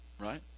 Right